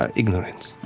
ah ignorance.